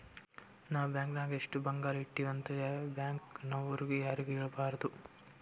ನಾವ್ ಬ್ಯಾಂಕ್ ನಾಗ್ ಎಷ್ಟ ಬಂಗಾರ ಇಟ್ಟಿವಿ ಅಂತ್ ಬ್ಯಾಂಕ್ ನವ್ರು ಯಾರಿಗೂ ಹೇಳಬಾರ್ದು